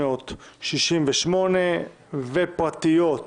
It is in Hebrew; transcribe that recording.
מ/1368 הממשלתית, וההצעות הפרטיות 1764,